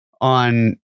on